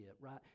right